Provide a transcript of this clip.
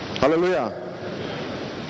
Hallelujah